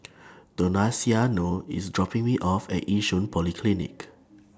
Donaciano IS dropping Me off At Yishun Polyclinic